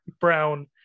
Brown